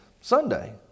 Sunday